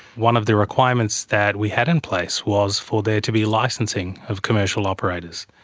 one of the requirements that we had in place was for there to be licensing of commercial operators,